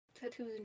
tattoos